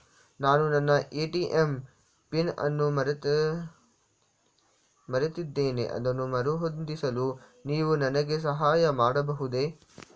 ನಾನು ನನ್ನ ATM PIN ಅನ್ನು ಮರೆತಿದ್ದೇನೆ ಅದನ್ನು ಮರುಹೊಂದಿಸಲು ನೀವು ನನಗೆ ಸಹಾಯ ಮಾಡಬಹುದೇ?